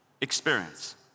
experience